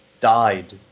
died